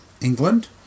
England